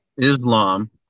Islam